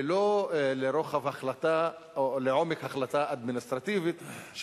ולא לרוחב החלטה או לעומק החלטה אדמיניסטרטיבית של